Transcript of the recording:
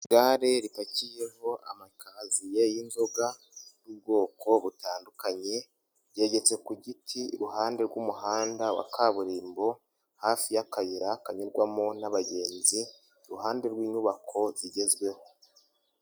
Igare ripakiyeho amakanziye y'imboga z'ubwoko butandukanye ryegeretse ku giti iruhande rw'umuhanda wa kaburimbo hafi y'akayira kanyurwamo n'abagenzi, iruhande rw'inyubako zigezweho.